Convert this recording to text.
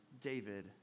david